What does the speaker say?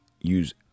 Use